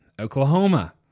Oklahoma